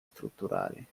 strutturali